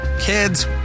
Kids